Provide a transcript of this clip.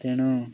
ତେଣୁ